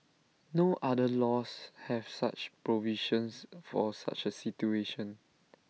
no other laws have such provisions for such A situation